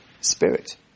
Spirit